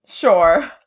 Sure